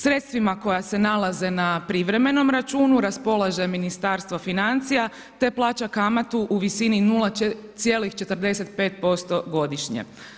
Sredstvima koji se nalaze na privremenom računu, raspolaže Ministarstvo financija te plaća kamatu u visini od 0,45% godišnje.